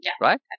right